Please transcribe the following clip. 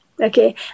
okay